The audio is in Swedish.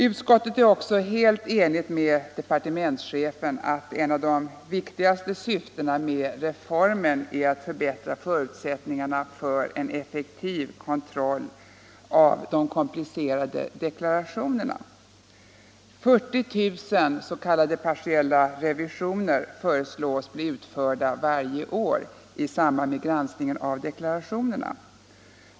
Utskottet är helt enigt med departementschefen om att ett av de väsentliga syftena med reformen är att förbättra förutsättningarna för en effektiv kontroll av de komplicerade deklarationerna. 40 000 s.k. partiella revisioner föreslås bli utförda varje år i samband med granskningen av deklarationerna.